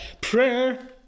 prayer